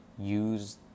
use